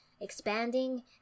expanding